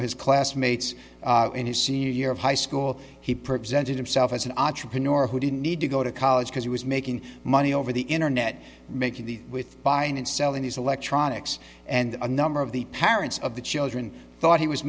of his classmates in his senior year of high school he presented himself as an entrepreneur who didn't need to go to college because he was making money over the internet making the with buying and selling these electronics and a number of the parents of the children thought he was